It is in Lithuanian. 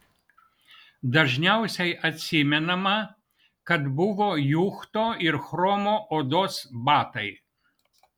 dažniausiai atsimenama kad buvo juchto ir chromo odos batai